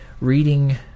reading